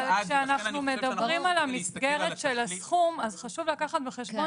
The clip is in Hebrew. אבל כשאנחנו מדברים על המסגרת של הסכום אז חשוב לקחת בחשבון